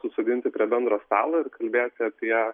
susodinti prie bendro stalo ir kalbėti apie